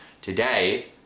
Today